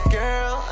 girl